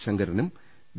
ശങ്കരനും D